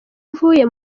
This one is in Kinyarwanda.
uvuye